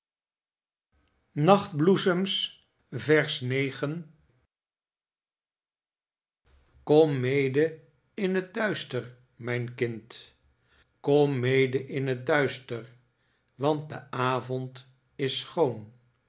kom mede in het duister mijn kind kom mede in het duister want de avond is schoon